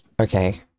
Okay